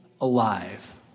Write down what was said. alive